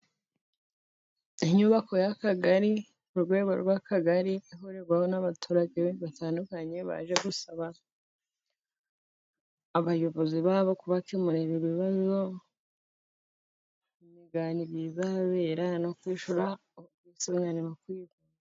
Inyubako y'Akagari ku rwego rw'Akagari ihurirwaho n'abaturage batandukanye baje gusaba abayobozi babo kubakemurira ibibazo no kwishyura ubwisungane mu kwivuza.